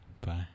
Bye